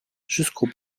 jusqu’au